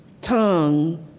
tongue